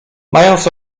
mając